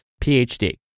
PhD